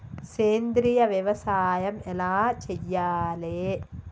సేంద్రీయ వ్యవసాయం ఎలా చెయ్యాలే?